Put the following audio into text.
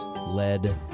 led